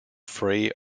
free